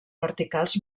verticals